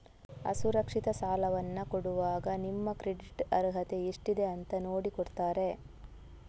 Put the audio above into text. ಅಸುರಕ್ಷಿತ ಸಾಲವನ್ನ ಕೊಡುವಾಗ ನಿಮ್ಮ ಕ್ರೆಡಿಟ್ ಅರ್ಹತೆ ಎಷ್ಟಿದೆ ಅಂತ ನೋಡಿ ಕೊಡ್ತಾರೆ